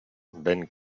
ven